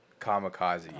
kamikaze